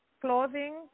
clothing